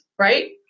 Right